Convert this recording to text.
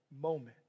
moment